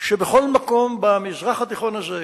שבכל מקום במזרח התיכון הזה,